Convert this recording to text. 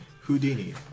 Houdini